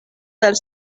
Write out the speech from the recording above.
del